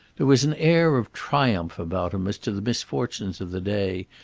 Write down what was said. there was an air of triumph about him as to the misfortunes of the day,